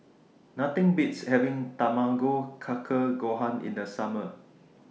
Nothing Beats having Tamago Kake Gohan in The Summer